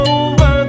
over